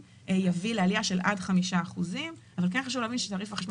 יביא לעלייה של עד 5%. אבל חשוב להבין שתעריף החשמל